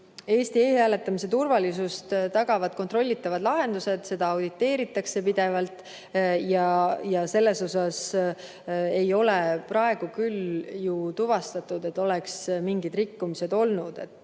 e-hääletamise turvalisuse tagavad kontrollitavad lahendused. Seda auditeeritakse pidevalt ja selles osas ei ole praegu küll tuvastatud, et oleks mingeid rikkumisi olnud.